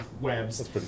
webs